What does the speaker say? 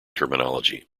terminology